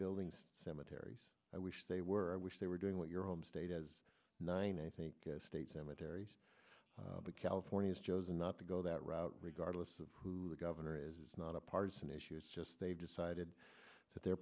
building cemeteries i wish they were i wish they were doing what your home state is nine a think state cemeteries the california chose not to go that route regardless of who the governor is not a partisan issue it's just they've decided that their